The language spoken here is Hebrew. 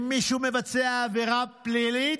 אם מישהו מבצע עבירה פלילית,